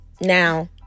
Now